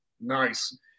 Nice